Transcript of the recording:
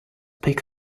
pick